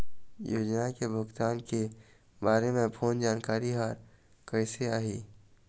योजना के भुगतान के बारे मे फोन जानकारी हर कइसे आही?